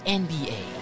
nba